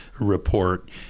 report